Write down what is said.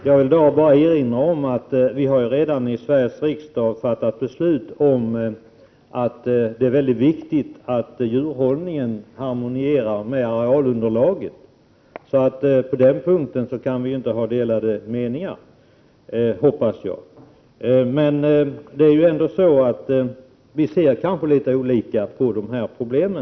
Fru talman! Jag vill bara erinra om att det enligt ett här i riksdagen redan fattat beslut är väldigt viktigt att djurhållningen harmonierar med arealunderlaget. På den punkten kan vi inte ha delade meningar — hoppas jag i varje fall. Åsa Domeij har kanske inte samma syn på dessa problem.